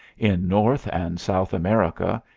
in north and south america,